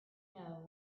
know